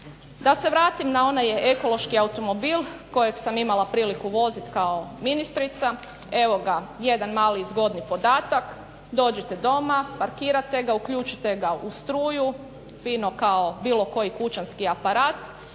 Da se vratim na onaj ekološki automobil kojeg sam imala priliku vozit kao ministrica. Evo ga jedan mali zgodni podatak, dođete doma, parkirate ga, uključite ga u struju fino kao bili koji kućanski aparat